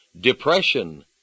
Depression